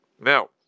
Now